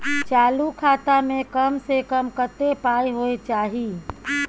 चालू खाता में कम से कम कत्ते पाई होय चाही?